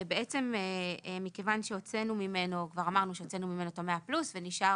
ובעצם מכיוון שהוצאנו ממנו את ה-100 פלוס ונשאר